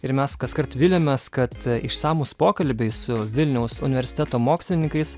ir mes kaskart viliamės kad išsamūs pokalbiai su vilniaus universiteto mokslininkais